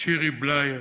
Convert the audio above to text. שירי בלייר,